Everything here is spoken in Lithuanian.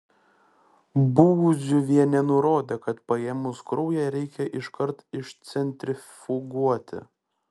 būziuvienė nurodė kad paėmus kraują reikia iškart išcentrifuguoti